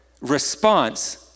response